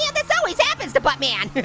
yeah this always happens to buttman.